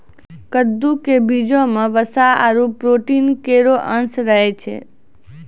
कद्दू क बीजो म वसा आरु प्रोटीन केरो अंश रहै छै